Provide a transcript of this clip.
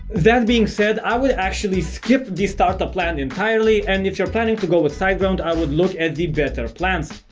that being said i would actually skip the start up plan entirely and if you're planning to go with siteground i would look at the better plans.